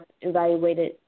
evaluated